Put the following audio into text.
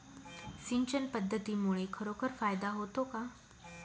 सिंचन पद्धतीमुळे खरोखर फायदा होतो का?